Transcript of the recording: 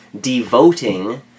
devoting